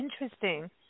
interesting